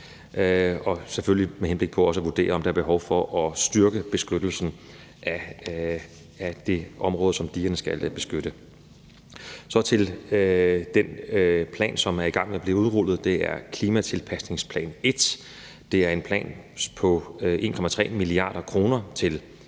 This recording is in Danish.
– selvfølgelig også med henblik på at vurdere, om der er behov for at styrke beskyttelsen af det område, som digerne skal beskytte. Så er der den plan, som er i gang med at blive udrullet. Det er klimatilpasningsplan 1, som er en plan på 1,3 mia. kr. til klimatilpasning,